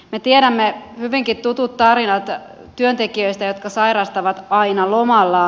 me tiedämme hyvinkin tutut tarinat työntekijöistä jotka sairastavat aina lomallaan